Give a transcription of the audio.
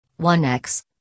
1x